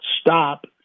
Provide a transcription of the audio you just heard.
stop